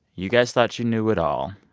you guys thought you knew it all,